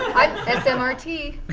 i'm s m r t.